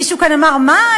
מישהו כאן אמר: מה,